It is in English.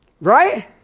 Right